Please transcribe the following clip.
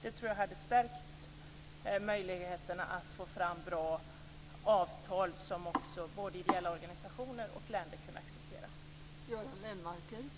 Det tror jag hade stärkt möjligheterna att få fram bra avtal som både ideella organisationer och länder kan acceptera.